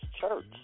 church